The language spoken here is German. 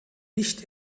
nicht